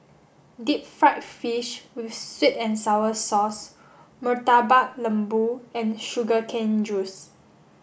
deep fried fish with sweet and sour sauce Murtabak Lembu and sugar cane juice